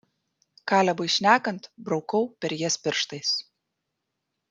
kalebui šnekant braukau per jas pirštais